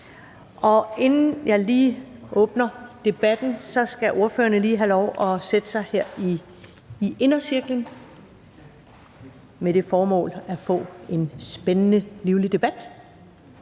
Inden jeg åbner debatten, skal ordførerne jo lige have lov at sætte sig her i indercirklen med det formål at få en spændende og livlig debat,